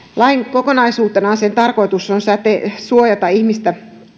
kokonaisuutena lain tarkoitus on suojata ihmistä